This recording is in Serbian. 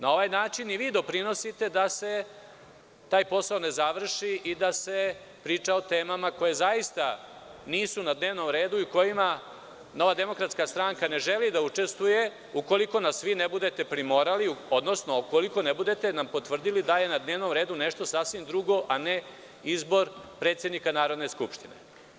Na ovaj način i vi doprinosite da se taj posao ne završi i da se priča o temama koje zaista nisu na dnevnom redu i u kojima NDS ne želi da učestvuje, ukoliko nas vi ne budete primorali, odnosno ukoliko nam ne budete potvrdili da je na dnevnom redu nešto sasvim drugo, a ne izbor predsednika Narodne skupštine.